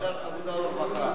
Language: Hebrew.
ועדת עבודה ורווחה.